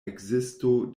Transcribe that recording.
ekzisto